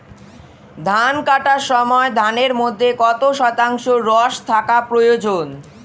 ধান কাটার সময় ধানের মধ্যে কত শতাংশ রস থাকা প্রয়োজন?